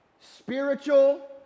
spiritual